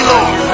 Lord